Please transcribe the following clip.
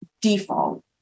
default